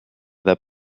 that